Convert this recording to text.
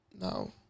No